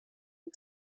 and